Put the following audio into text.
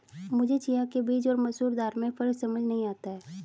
मुझे चिया के बीज और मसूर दाल में फ़र्क समझ नही आता है